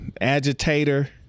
agitator